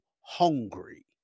hungry